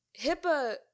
HIPAA